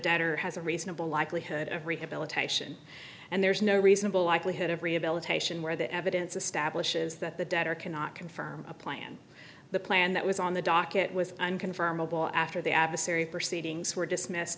debtor has a reasonable likelihood of rehabilitation and there is no reasonable likelihood of rehabilitation where the evidence establishes that the debtor cannot confirm a plan the plan that was on the docket was unconfirmable after the adversary proceedings were dismissed